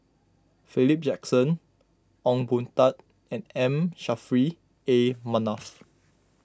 Philip Jackson Ong Boon Tat and M Saffri A Manaf